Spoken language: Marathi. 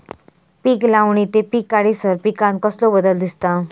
पीक लावणी ते पीक काढीसर पिकांत कसलो बदल दिसता?